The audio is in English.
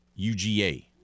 UGA